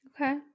Okay